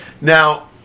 now